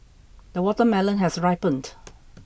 the watermelon has ripened